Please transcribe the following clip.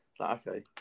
Okay